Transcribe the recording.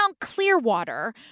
Clearwater